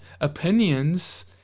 opinions